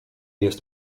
jest